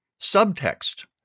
subtext